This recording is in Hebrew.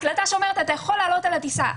הקלטה שאומרת: אתה יכול לעלות על הטיסה.